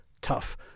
tough